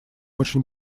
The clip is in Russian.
очень